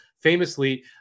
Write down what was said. famously